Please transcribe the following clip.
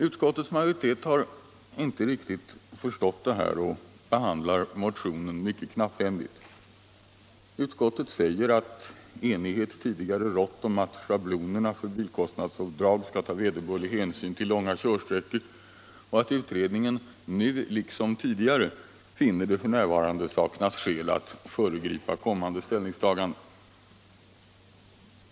Utskottets majoritet har inte riktigt förstått detta och behandlar motionen mycket knapphändigt. Utskottet säger att enighet tidigare rått om att schablonerna för bilkostnadsavdrag skall ta vederbörlig hänsyn till långa körsträckor och att utskottet nu liksom tidigare finner att det f.n. saknas skäl att föregripa kommande ställningstaganden.